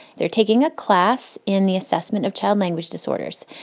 they're taking a class in the assessment of child language disorders.